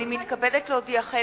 הנני מתכבדת להודיעכם,